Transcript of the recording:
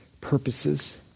purposes